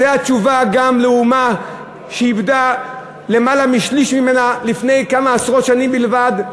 זו התשובה גם לאומה שאיבדה למעלה משליש ממנה לפני כמה עשרות שנים בלבד,